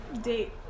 Date